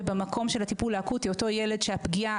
ובמקום של הטיפול האקוטי אותו ילד שהפגיעה